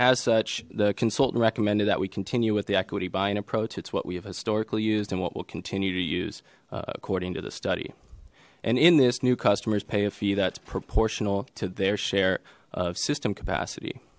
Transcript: as such the consultant recommended that we continue with the equity buying approach it's what we have historically used and what we'll continue to use according to the study and in this new customers pay a fee that's proportional to their share of system capacity